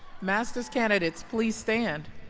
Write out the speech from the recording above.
master's candidates, please stand.